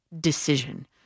decision